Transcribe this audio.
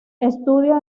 estudió